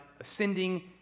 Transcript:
ascending